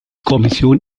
kommission